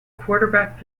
quarterback